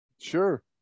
Sure